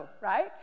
right